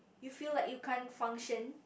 you feel like you can't function